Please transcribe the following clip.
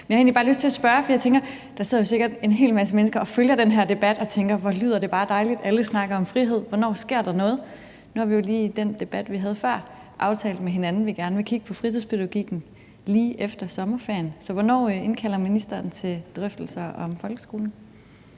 jeg har egentlig bare lyst til at spørge om noget. For jeg tænker, at der jo sikkert sidder en hel masse mennesker, som følger den her debat, og som tænker: Hvor lyder det bare dejligt, alle snakker om frihed, hvornår sker der noget? Nu har vi jo lige i den debat, vi havde før, aftalt med hinanden, at vi gerne vil kigge på fritidspædagogikken lige efter sommerferien. Så hvornår indkalder ministeren til drøftelser om folkeskolen?